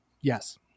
Yes